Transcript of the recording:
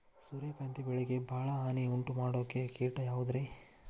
ಸೂರ್ಯಕಾಂತಿ ಬೆಳೆಗೆ ಭಾಳ ಹಾನಿ ಉಂಟು ಮಾಡೋ ಕೇಟ ಯಾವುದ್ರೇ?